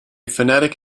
phonetic